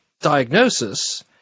diagnosis